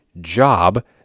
job